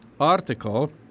article